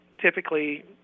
typically